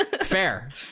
Fair